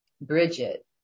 Bridget